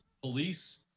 police